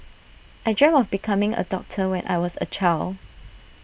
I dreamt of becoming A doctor when I was A child